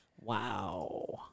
Wow